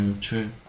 True